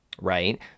right